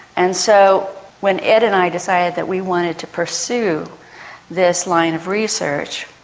and so when ed and i decided that we wanted to pursue this line of research,